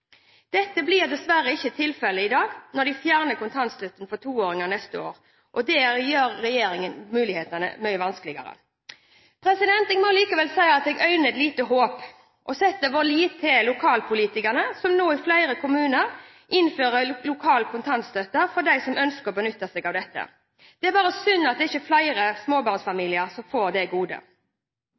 Dette blir dessverre ikke tilfellet når man fjerner kontantstøtten for toåringer neste år. Med dette gjør regjeringen mulighetene mye vanskeligere. Jeg må likevel si at jeg øyner et lite håp, og vi setter vår lit til lokalpolitikerne som nå i flere kommuner innfører lokal kontantstøtte for dem som ønsker å benytte seg av det. Det er bare synd at det ikke er flere småbarnsfamilier som får det